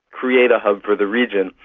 create a hub for the region,